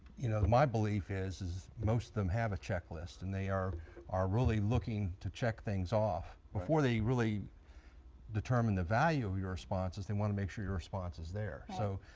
you know my belief is is most of them have a checklist and they are are really looking to check things off. before they really determine the value of your responses, they want to make sure your response is there. so,